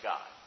God